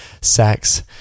sex